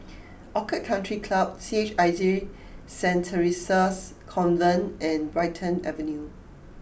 Orchid Country Club C H I J Saint Theresa's Convent and Brighton Avenue